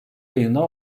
ayında